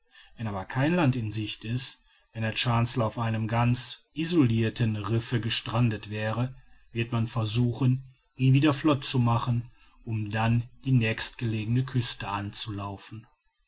wenn aber kein land in sicht wenn der chancellor auf einem ganz isolirten riffe gestrandet wäre wird man versuchen ihn wieder flott zu machen um dann die nächstgelegene küste anzulaufen